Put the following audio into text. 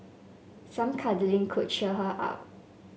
some cuddling could cheer her up